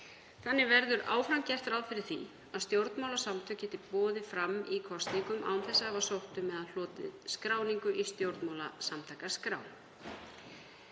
Þannig verður áfram gert ráð fyrir því að stjórnmálasamtök geti boðið fram í kosningum án þess að hafa sótt um eða hlotið skráningu í stjórnmálasamtakaskrá.